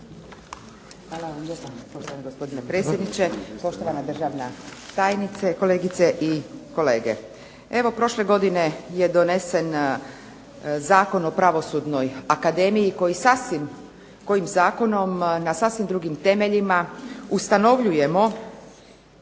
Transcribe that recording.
Hvala vam lijepa poštovani gospodine predsjedniče, poštovana državna tajnice, kolegice i kolege. Evo prošle godine je donesen Zakon o pravosudnoj akademiji koji sasvim, kojim zakonom na sasvim drugim temeljima ustanovljujemo